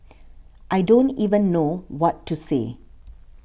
I don't even know what to say